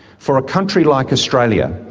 for a country like australia,